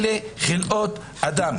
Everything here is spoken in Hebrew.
אלה חלאות אדם.